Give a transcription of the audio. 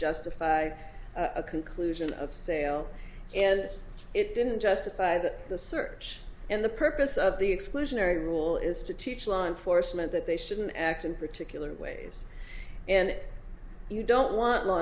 justify a conclusion of sale and it didn't justified the search and the purpose of the exclusionary rule is to teach law enforcement that they shouldn't act in particular ways and you don't